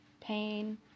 pain